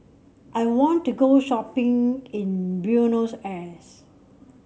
I want to go shopping in Buenos Aires